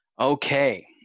Okay